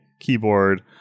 keyboard